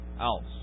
else